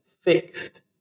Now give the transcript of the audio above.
fixed